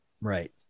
Right